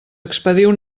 expediu